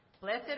Blessed